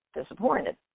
disappointed